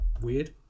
weird